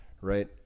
Right